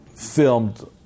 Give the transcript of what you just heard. filmed